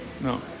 No